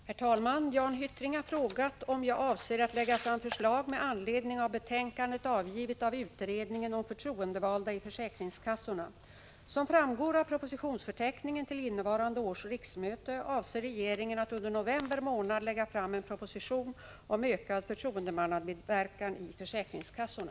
Herr talman! Jan Hyttring har frågat om jag avser att lägga fram förslag med anledning av betänkandet avgivet av utredningen om förtroendevalda i försäkringskassorna. Som framgår av propositionsförteckningen till innevarande års riksmöte avser regeringen att under november månad lägga fram en proposition om ökad förtroendemannamedverkan i försäkringskassorna.